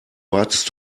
wartest